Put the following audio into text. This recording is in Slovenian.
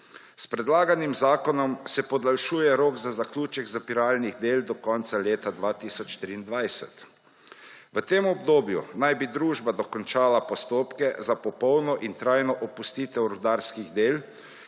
S predlaganim zakonom se podaljšuje rok za zaključek zapiralnih del do konca leta 2023. V tem obdobju naj bi družba dokončala postopke za popolno in trajno opustitev rudarskih del,